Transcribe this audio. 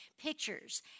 pictures